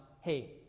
hey